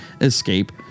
escape